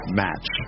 match